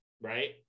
right